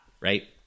right